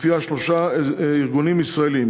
שלפיו שלושה ארגונים ישראליים,